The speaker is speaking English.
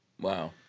Wow